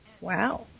Wow